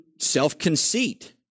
self-conceit